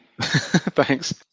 Thanks